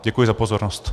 Děkuji za pozornost.